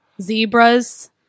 Zebras